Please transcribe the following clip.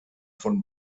von